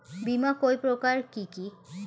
বীমা কয় প্রকার কি কি?